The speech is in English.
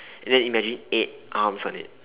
and then imagine eight arms on it